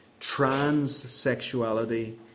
transsexuality